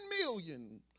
million